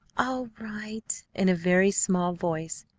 all right! in a very small voice.